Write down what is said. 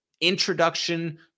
introduction